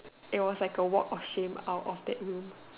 it was like a walk of shame out of that room